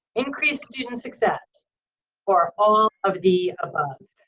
increased student success or all of the above.